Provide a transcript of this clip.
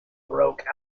broke